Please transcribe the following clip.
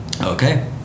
Okay